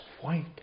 white